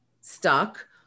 stuck